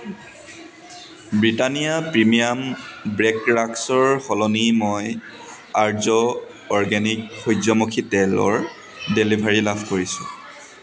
Britannia premium bake ৰাস্কৰ সলনি মই আৰ্য অৰ্গেনিক সূৰ্য্যমুখী তেলৰ ডেলিভাৰী লাভ কৰিছোঁ